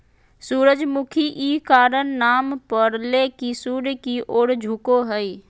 सूरजमुखी इ कारण नाम परले की सूर्य की ओर झुको हइ